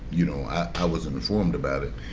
you know, i wasn't informed about it.